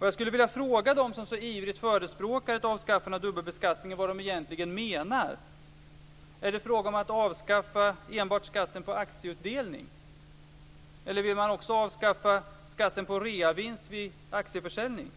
Jag skulle vilja fråga dem som så ivrigt förespråkar ett avskaffande av dubbelbeskattningen vad de egentligen menar. Är det fråga om att avskaffa enbart skatten på aktieutdelning, eller vill man också avskaffa skatten på reavinst vid aktieförsäljning?